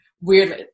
weirdly